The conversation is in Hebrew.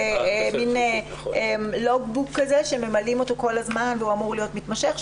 זה מעין בוק שממלאים אותו כלן הזמן והוא אמור להיות מתמשך.